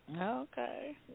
Okay